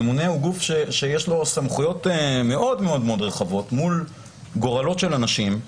הממונה הוא גוף שיש לו סמכויות מאוד רחבות מול גורלות של אנשים.